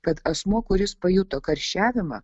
kad asmuo kuris pajuto karščiavimą